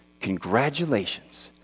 Congratulations